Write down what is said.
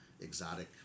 exotic